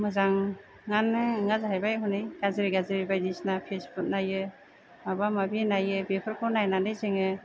मोजाङानो नङा जाहैबाय हनै गाज्रि गाज्रि बायदिसिना फेसबुक नायो माबा माबि नायो बेफोरखौ नायनानै जोङो